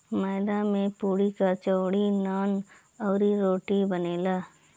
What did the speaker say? मैदा से पुड़ी, कचौड़ी, नान, अउरी, रोटी बनेला